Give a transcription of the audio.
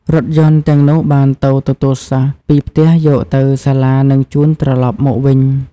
រថយន្តទាំងនោះបានទៅទទួលកូនសិស្សពីផ្ទះយកទៅសាលានិងជូនត្រឡប់មកវិញ។